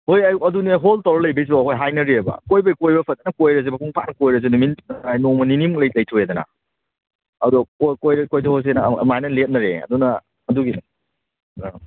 ꯍꯣꯏ ꯑꯌꯨꯛ ꯑꯗꯨꯅꯦ ꯍꯣꯜ ꯇꯧꯔ ꯂꯩꯗꯣꯏ ꯁꯔꯨꯛ ꯑꯩꯈꯣꯏ ꯍꯥꯏꯅꯔꯤꯑꯕ ꯀꯣꯏꯕꯩ ꯀꯣꯏꯕ ꯐꯖꯅ ꯀꯣꯏꯔꯁꯦ ꯃꯄꯨꯡ ꯐꯥꯅ ꯀꯣꯏꯔꯁꯤ ꯅꯨꯃꯤꯠ ꯅꯣꯡꯃ ꯅꯤꯅꯤꯃꯨꯛ ꯂꯩꯊꯣꯛꯑꯦꯗꯅ ꯑꯗꯣ ꯀꯣꯏ ꯀꯣꯏꯊꯣꯛꯑꯁꯦꯅ ꯑꯗꯨꯃꯥꯏꯅ ꯂꯦꯞꯅꯔꯦ ꯑꯗꯨꯅ ꯑꯗꯨꯒꯤ ꯑꯥ